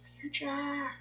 Future